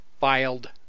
filed